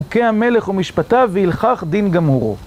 חוקי מלך ומשפטיו והלכך דין גמור הוא